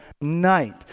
night